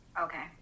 Okay